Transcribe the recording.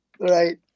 right